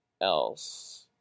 else